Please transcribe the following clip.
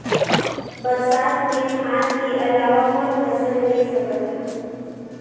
बरसात मे धान के अलावा कौन फसल ले सकत हन?